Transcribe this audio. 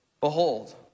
Behold